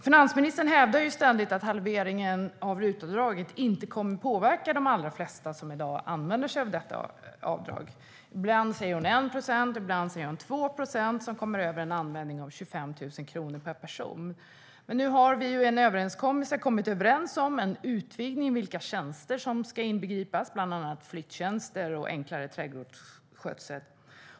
Finansministern hävdar ständigt att halveringen av RUT-avdraget inte kommer att påverka de allra flesta som i dag använder sig av detta avdrag. Ibland säger hon att det är 1 procent och ibland att det är 2 procent som kommer över en användning av 25 000 kronor person. Men nu har vi ju kommit överens om en utvidgning och om vilka tjänster som ska inbegripas, bland annat flyttjänster och enklare trädgårdsskötsel.